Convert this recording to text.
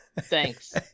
Thanks